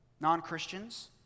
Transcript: non-Christians